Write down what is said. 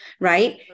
Right